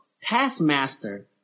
Taskmaster